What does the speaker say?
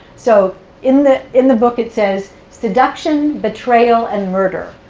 so in the in the book, it says, seduction, betrayal, and murder.